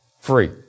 free